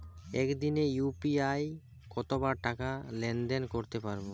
একদিনে ইউ.পি.আই কতবার টাকা লেনদেন করতে পারব?